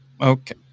Okay